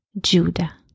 Judah